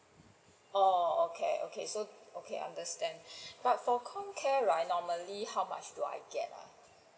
oh okay okay so okay understand but for COMCARE right normally how much do I get ah